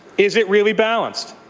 is it really balanced.